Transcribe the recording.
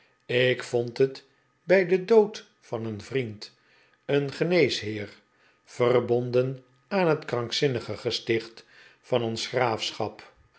ik vond het bij den dood van een vriend een geneesheer verbonden aan het krankzinnigengesticht van ons graafschap